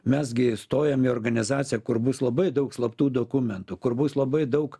mes gi stojam į organizaciją kur bus labai daug slaptų dokumentų kur bus labai daug